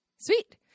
Sweet